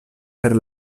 per